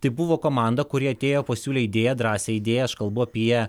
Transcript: tai buvo komanda kuri atėjo pasiūlė idėją drąsią idėją aš kalbu apie